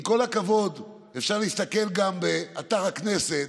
עם כל הכבוד, אפשר להסתכל גם באתר הכנסת